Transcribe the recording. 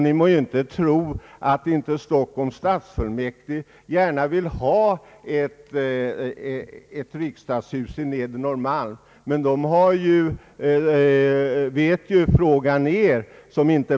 Ni må inte tro att Stockholms stadsfullmäktige inte gärna vill ha ett riksdagshus på Nedre Norrmalm, men de vet hur frågan ligger till.